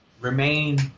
remain